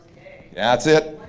that's it,